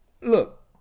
look